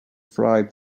fry